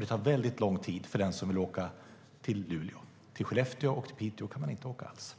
Det tar väldigt lång tid att åka till Luleå. Till Skellefteå och Piteå kan man inte åka alls.